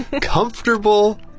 comfortable